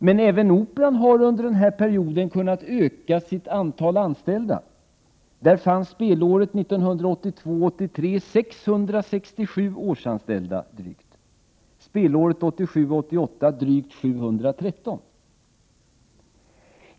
Men även Operan har under perioden kunnat öka antalet anställda; där fanns spelåret 1982 88 drygt 713.